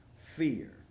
fear